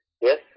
Yes